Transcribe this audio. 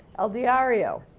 el diario,